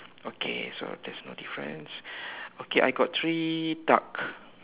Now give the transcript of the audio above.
okay so there is no difference okay I got three duck